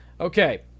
okay